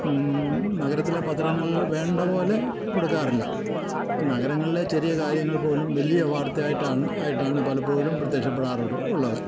നഗരത്തിലെ പത്രങ്ങളിൽ വേണ്ട പോലെ കൊടുക്കാറില്ല ഇപ്പം നഗരങ്ങളെ ചെറിയ കാര്യങ്ങൾ പോലും വലിയ വാർത്തയായിട്ടാണ് ആയിട്ടാണ് പലപ്പോഴും പ്രത്യക്ഷപ്പെടാറ് ഉള്ളത്